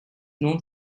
known